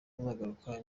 azagaruka